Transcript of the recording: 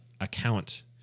account